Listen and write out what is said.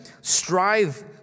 strive